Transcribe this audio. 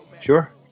Sure